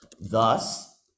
thus